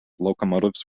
locomotives